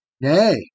Nay